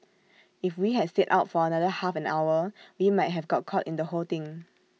if we had stayed out for another half an hour we might have got caught in the whole thing